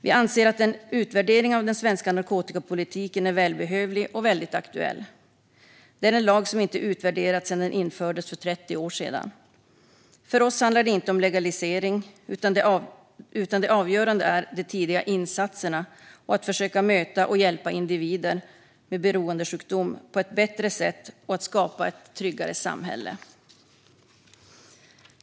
Vi anser att en utvärdering av den svenska narkotikapolitiken är välbehövlig och väldigt aktuell. Det är en lag som inte har utvärderats sedan den infördes för 30 år sedan. För oss handlar det inte om legalisering, utan det avgörande är de tidiga insatserna, att försöka möta och hjälpa individer med beroendesjukdom på ett bättre sätt och att skapa ett tryggare samhälle.